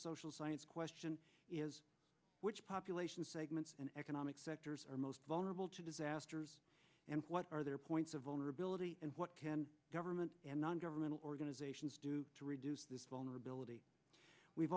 social science question is which population segments and economic sectors are most vulnerable to disasters and what are their points of vulnerability and what can government and non governmental organizations do to reduce this vulnerability we've